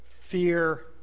fear